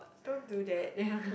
don't do that